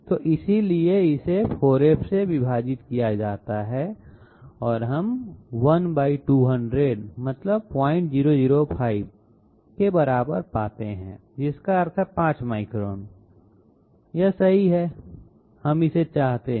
तो इसीलिए इसे 4F से विभाजित किया जाता है और हम 1200 0005 के बराबर पाते हैं जिसका अर्थ है 5 माइक्रोन यह सही है कि हम इसे चाहते हैं